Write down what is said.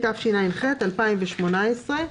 תשע"ח-2018.